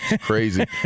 Crazy